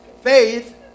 Faith